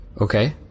Okay